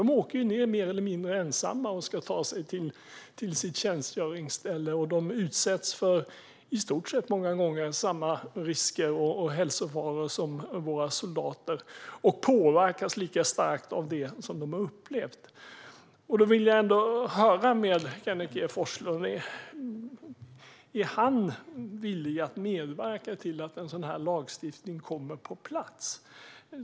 De åker ned mer eller mindre ensamma och ska ta sig till sitt tjänstgöringsställe, och de utsätts många gånger för i stort sett samma risker och hälsofaror som våra soldater och påverkas lika starkt av det som de har upplevt. Därför vill jag ändå höra med Kenneth G Forslund om han är villig att medverka till att en sådan här lagstiftning kommer på plats.